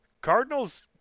Cardinals